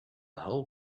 whole